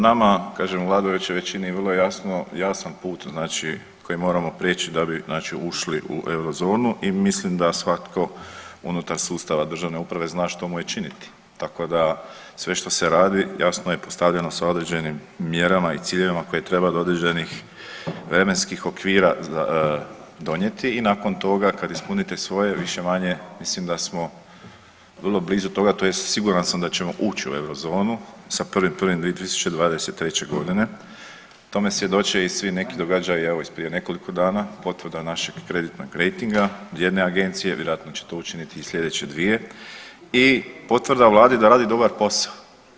Nama u vladajućoj većini je vrlo jasan put koji moramo prijeć da bi ušli u eurozonu i mislim da svatko unutar sustava državne uprave zna što mu je činiti, tako da sve što se radi jasno je postavljeno sa određenim mjerama i ciljevima koje treba do određenih vremenskih okvira donijeti i nakon toga kad ispunite svoje više-manje mislim da smo vrlo blizu toga tj. siguran sam da ćemo uć u eurozonu sa 1.1.2023.g. Tome svjedoče i svi neki događaji evo iz prije nekoliko dana potvrda našeg kreditnog rejtinga od jedne agencije, vjerojatno će to učiniti i sljedeće dvije i potvrda Vladi da radi dobar posao.